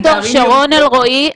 בערים ירוקות --- ד"ר שרון אלרעי,